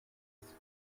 dix